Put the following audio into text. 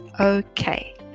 okay